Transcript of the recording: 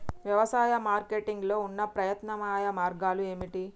వ్యవసాయ మార్కెటింగ్ లో ఉన్న ప్రత్యామ్నాయ మార్గాలు ఏమిటి?